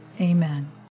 Amen